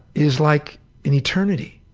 is like an eternity.